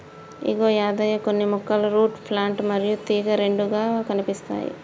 ఇగో యాదయ్య కొన్ని మొక్కలు root plant మరియు తీగ రెండుగా కనిపిస్తాయి